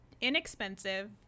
inexpensive